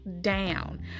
down